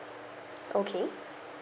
okay